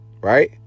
Right